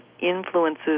influences